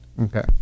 okay